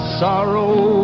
sorrow